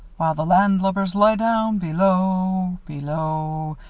while the landlubbers lie down below, below,